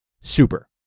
super